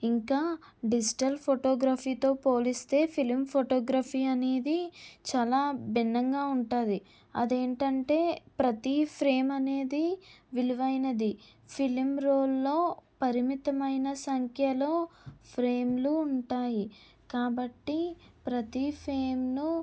ఇంకా డిజిటల్ ఫోటోగ్రఫీతో పోలిస్తే ఫిలిం ఫోటోగ్రఫీ అనేది చాలా భిన్నంగా ఉంటుంది అదేంటంటే ప్రతీ ఫ్రేమ్ అనేది విలువైనది ఫిలిం రోల్లో పరిమితమైన సంఖ్యలో ఫ్రేమ్లు ఉంటాయి కాబట్టి ప్రతీ ఫ్రేమ్ను